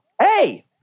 Hey